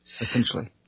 essentially